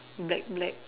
black black